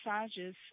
massages